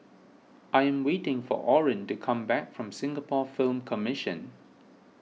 I am waiting for Oren to come back from Singapore Film Commission